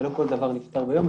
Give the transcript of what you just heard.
ולא כל דבר נפתר ביום.